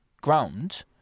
ground